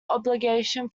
obligation